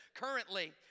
Currently